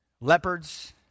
leopards